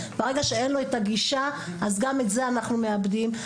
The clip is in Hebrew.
וברגע שאין לו את הגישה אז גם את זה אנחנו מאבדים,